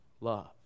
love